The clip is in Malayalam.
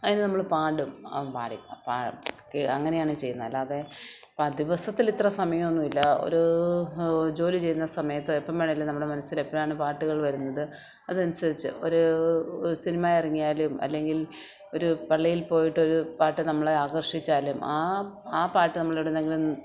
അതിനെ നമ്മള് പാടും അ പാടി അ പാ ക് കെ അങ്ങനെ ആണ് ചെയ്യുന്നെ അല്ലാതെ ഇപ്പോള് ദിവസത്തില് ഇത്ര സമയമൊന്നുമില്ല ഒരൂ ജോലിചെയ്യുന്ന സമയത്തോ എപ്പോളഅ വേണേലും നമ്മുടെ മനസ്സിൽ എപ്പോഴാണ് പാട്ടുകൾ വരുന്നത് അത് അനുസരിച്ച് ഒരൂ സിനിമ ഇറങ്ങിയാലും അല്ലെങ്കിൽ ഒരു പള്ളിയിൽ പോയിട്ട് ഒരു പാട്ട് നമ്മളെ ആകർഷിച്ചാലും ആ ആ പാട്ട് നമ്മള് എവിടുന്നെങ്കിലും